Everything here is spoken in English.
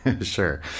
Sure